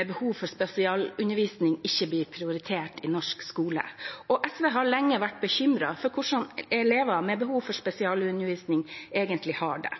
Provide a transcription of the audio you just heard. med behov for spesialundervisning ikke blir prioritert i norsk skole. SV har lenge vært bekymret for hvordan elever med behov for spesialundervisning egentlig har det.